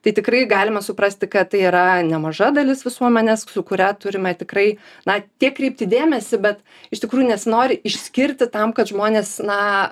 tai tikrai galima suprasti kad tai yra nemaža dalis visuomenės su kuria turime tikrai na tiek kreipti dėmesį bet iš tikrųjų nesinori išskirti tam kad žmonės na